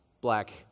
black